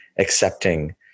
accepting